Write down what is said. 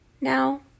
now